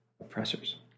oppressors